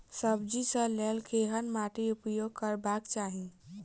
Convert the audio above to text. सब्जी कऽ लेल केहन माटि उपयोग करबाक चाहि?